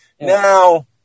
Now